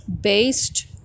based